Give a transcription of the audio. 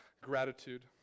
gratitude